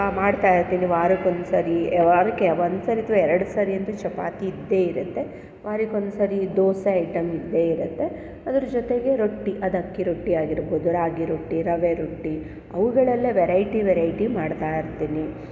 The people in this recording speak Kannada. ಮಾಡ್ತಾಯಿರ್ತೀನಿ ವಾರಕ್ಕೊಂದ್ಸರಿ ವಾರಕ್ಕೆ ಒಂದ್ಸರಿ ಅಥವಾ ಎರಡು ಸರಿ ಅಂತೂ ಚಪಾತಿ ಇದ್ದೇ ಇರುತ್ತೆ ವಾರಕ್ಕೊಂದ್ಸರಿ ದೋಸೆ ಐಟಮ್ ಇದ್ದೇ ಇರುತ್ತೆ ಅದರ ಜೊತೆಗೆ ರೊಟ್ಟಿ ಅದು ಅಕ್ಕಿ ರೊಟ್ಟಿ ಆಗಿರ್ಬೌದು ರಾಗಿ ರೊಟ್ಟಿ ರವೆ ರೊಟ್ಟಿ ಅವುಗಳಲ್ಲೇ ವೆರೈಟಿ ವೆರೈಟಿ ಮಾಡ್ತಾಯಿರ್ತೀನಿ